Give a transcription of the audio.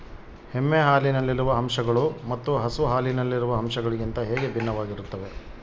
ಎಮ್ಮೆ ಹಾಲಿನಲ್ಲಿರುವ ಅಂಶಗಳು ಮತ್ತು ಹಸು ಹಾಲಿನಲ್ಲಿರುವ ಅಂಶಗಳಿಗಿಂತ ಹೇಗೆ ಭಿನ್ನವಾಗಿವೆ?